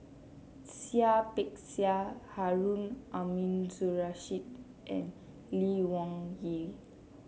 Seah Peck Seah Harun Aminurrashid and Lee Wung Yew